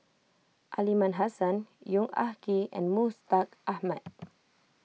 Aliman Hassan Yong Ah Kee and Mustaq Ahmad